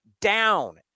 down